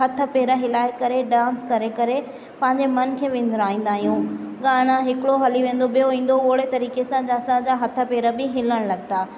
हथ पेर हिलाए करे डांस करे करे पंहिंजे मन खे विंदराईंदा आहियूं गाना हिकिड़ो हली वेंदो ॿियो ईंदो ओड़े तरीक़े सां जा असांजा हथ पेर बि हिलण लॻंदा